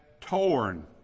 torn